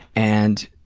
and.